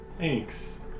Thanks